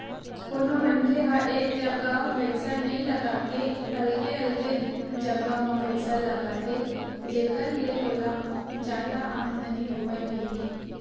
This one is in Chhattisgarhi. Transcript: कोनो मनखे ह एक जगा पइसा नइ लगा के अलगे अलगे जगा म पइसा लगाथे जेखर ले ओला जादा आमदानी होवय कहिके